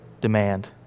demand